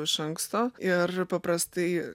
iš anksto ir paprastai